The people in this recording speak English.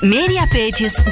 MediaPages